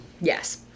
Yes